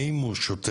האם הוא שוטף?